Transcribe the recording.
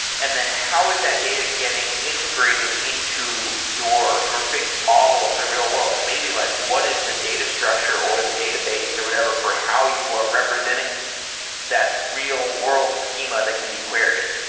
and then how is that data getting integrating into your your big model of the real world? and maybe like what is the data structure or the database or whatever for how you are representing that real world schema that can be queried?